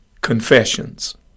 confessions